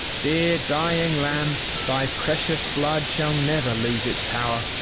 dear dying lamb thy precious blood shall never lose its power,